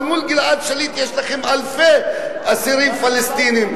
אבל מול גלעד שליט יש לכם אלפי אסירים פלסטינים.